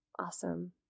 awesome